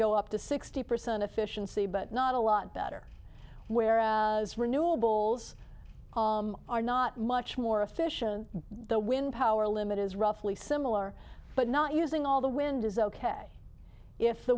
go up to sixty percent efficiency but not a lot better whereas renewables are not much more efficient the wind power limit is roughly similar but not using all the wind is ok if the